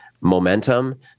Momentum